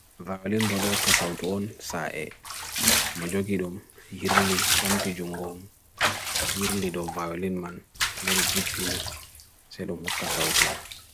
valin bwad oka sautu on saa e mojogidum yirli bam tijungo um yirli do valin man lori jipini sedum oka sautu